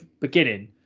beginning